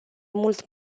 mult